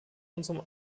unserem